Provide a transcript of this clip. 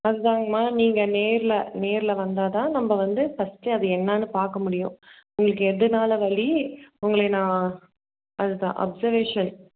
அதுதாங்கமா நீங்கள் நேரில் நேரில் வந்தால் தான் நம்ம வந்து ஃபஸ்ட்டு அது என்னன்னு பார்க்க முடியும் உங்களுக்கு எதனால வலி உங்களை நான் அது தான் அப்சர்வேஷன்